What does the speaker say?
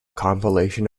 compilation